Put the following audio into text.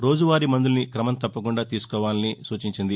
రోజువారీ మందుల్ని క్రమం తప్పకుండా తీసుకోవాలని తెలిపింది